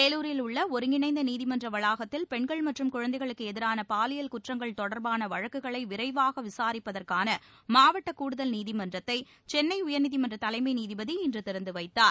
வேலூரில் உள்ள ஒருங்கிணைந்த நீதிமன்ற வளாகத்தில் பெண்கள் மற்றும் குழந்தைகளுக்கு எதிரான பாலியல் குற்றங்கள் தொடர்பான வழக்குகளை விரைவாக விசாரிப்பதற்கான மாவட்ட கூடுதல் நீதிமன்றத்தை சென்னை உயர்நீதிமன்ற தலைமை நீதிபதி இன்று திறந்து வைத்தார்